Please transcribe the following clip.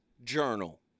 Journal